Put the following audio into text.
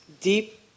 deep